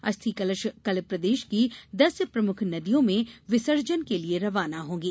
अस्थि कलश कल प्रदेश की दस प्रमुख नदियों में विसर्जन के लिये रवाना होंगे